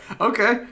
Okay